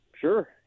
sure